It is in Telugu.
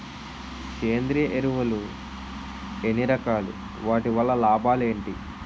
సేంద్రీయ ఎరువులు ఎన్ని రకాలు? వాటి వల్ల లాభాలు ఏంటి?